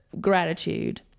gratitude